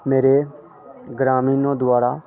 मेरे ग्रामीणों द्वारा